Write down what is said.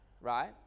right